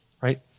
right